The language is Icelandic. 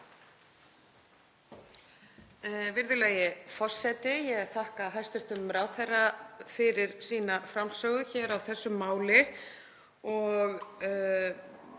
Virðulegi forseti. Ég þakka hæstv. ráðherra fyrir sína framsögu hér á þessu máli.